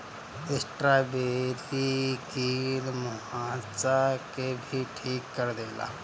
strawberry कील मुंहासा के भी ठीक कर देला